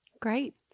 Great